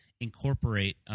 incorporate –